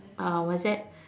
uh what's that